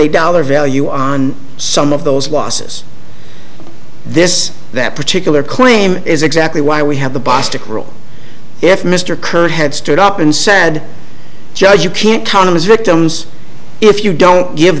a dollar value on some of those losses this that particular claim is exactly why we have the bostic rule if mr kirk had stood up and said judge you can't count on his victims if you don't give